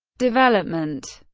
development